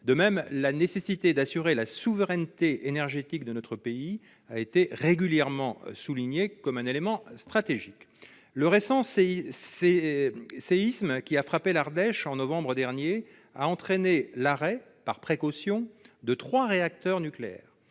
De même, la nécessité d'assurer la souveraineté énergétique de notre pays a été régulièrement soulignée comme un élément stratégique. Le séisme qui a frappé l'Ardèche en novembre dernier a entraîné l'arrêt par précaution de trois réacteurs nucléaires.